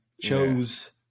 chose